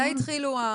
מתי התחילו,